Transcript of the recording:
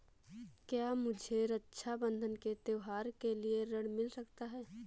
क्या मुझे रक्षाबंधन के त्योहार के लिए ऋण मिल सकता है?